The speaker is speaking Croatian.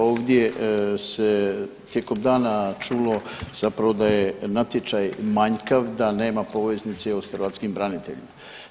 Ovdje se tijekom dana čulo zapravo da je natječaj manjkav, da nema poveznice o hrvatskim braniteljima.